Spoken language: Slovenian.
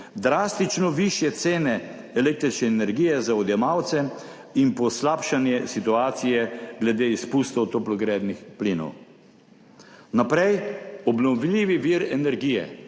drastično višje cene električne energije za odjemalce in poslabšanje situacije glede izpustov toplogrednih plinov. Naprej. obnovljivi vir energije,